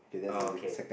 oh okay